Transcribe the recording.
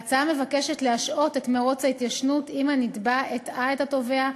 ההצעה מבקשת להשעות את מירוץ ההתיישנות אם הנתבע הטעה את התובע,